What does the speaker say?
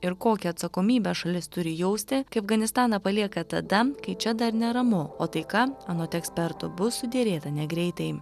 ir kokią atsakomybę šalis turi jausti kai afganistaną palieka tada kai čia dar neramu o taika anot eksperto bus suderėta negreitai